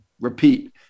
repeat